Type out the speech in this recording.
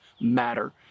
matter